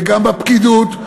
וגם בפקידות,